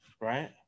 right